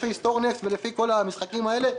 לפי סטורנקסט ולפי כל המשחקים האלה,